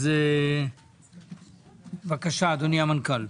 אז בבקשה, אדוני המנכ"ל.